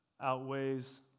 outweighs